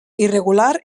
irregular